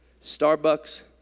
Starbucks